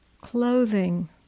clothing